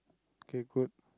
K good